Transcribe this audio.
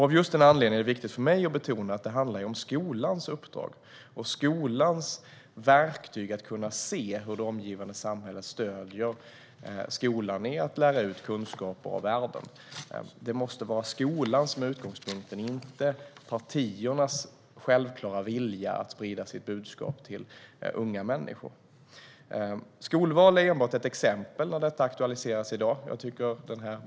Av just den anledningen är det viktigt för mig att betona att det handlar om skolans uppdrag och skolans verktyg för att kunna se hur det omgivande samhället stöder skolan i att lära ut kunskap och värden. Det måste vara skolan som är utgångspunkten, inte partiernas självklara vilja att sprida sitt budskap till unga människor. Skolval är ett exempel som aktualiseras i dag.